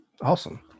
Awesome